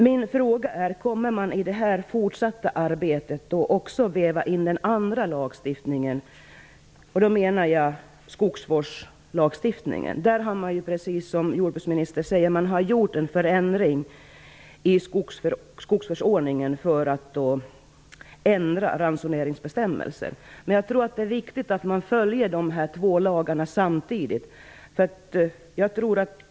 Min fråga är: Kommer man i det fortsatta arbetet att också väva in den andra lagstiftningen, skogsvårdslagstiftningen? Där har man ju precis som jordbruksministerns säger gjort en förändring i skogsvårdsförordningen för att ändra ransoneringsbestämmelsen. Men jag tror att det är viktigt att man följer dessa två lagar samtidigt.